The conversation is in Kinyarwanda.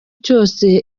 cyose